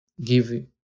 Give